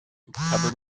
covered